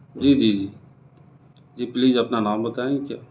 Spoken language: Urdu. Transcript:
جی جی جی پلیز اپنا نام بتائیں گے کیا